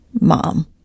Mom